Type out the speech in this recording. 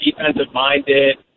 defensive-minded